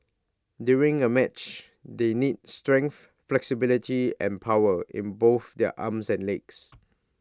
during A match they need strength flexibility and power in both their arms and legs